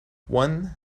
one